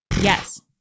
Yes